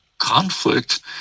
conflict